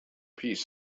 piece